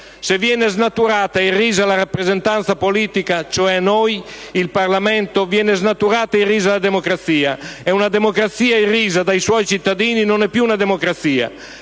Se viene snaturata e irrisa la rappresentanza politica, cioè noi, il Parlamento, viene snaturata e irrisa la democrazia. E una democrazia irrisa dai suoi cittadini non è più una democrazia.